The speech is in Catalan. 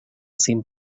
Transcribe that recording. cinc